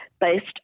based